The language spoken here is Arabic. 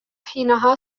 حينها